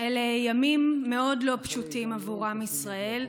אלה ימים מאוד לא פשוטים עבור עם ישראל,